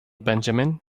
benjamin